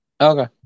Okay